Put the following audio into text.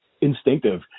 instinctive